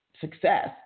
success